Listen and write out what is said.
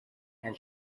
and